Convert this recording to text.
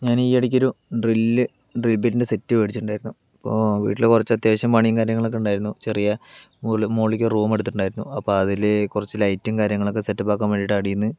ഞാൻ ഈ ഇടയ്ക്ക് ഒരു ഡ്രില്ല് ഡ്രിൽ ബിറ്റിൻ്റെ സെറ്റ് മേടിച്ചിട്ടുണ്ടായിരുന്നു ഇപ്പോൾ വീട്ടില് കുറച്ച് അത്യാവശ്യം പണിയും കാര്യങ്ങളും ഒക്കെ ഉണ്ടായിരുന്നു ചെറിയ മു മുകളിലേക്ക് റൂം എടുത്തിട്ടുണ്ടായിരുന്നു അപ്പം അതില് കുറച്ച് ലൈറ്റും കാര്യങ്ങളൊക്കെ സെറ്റപ്പ് ആക്കാൻ വേണ്ടീട്ട് അടിയിൽനിന്ന്